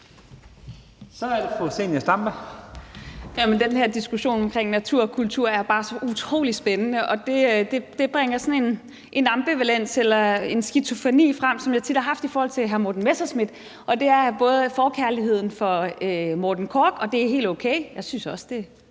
Zenia Stampe (RV): Jamen den her diskussion omkring natur og kultur er bare så utrolig spændende, og det bringer sådan en ambivalens eller en skizofreni frem, som jeg tit har haft i forhold til hr. Morten Messerschmidt, og det er både forkærligheden for Morten Korch – og det er helt okay; jeg synes også, det er sjovt